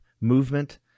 movement